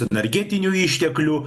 energetinių išteklių